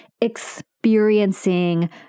experiencing